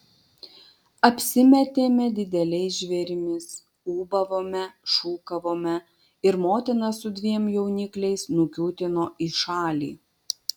apsimetėme dideliais žvėrimis ūbavome šūkavome ir motina su dviem jaunikliais nukiūtino į šalį